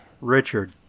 Richard